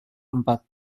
empat